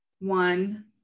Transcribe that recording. one